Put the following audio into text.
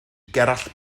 gerallt